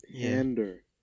pander